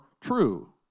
true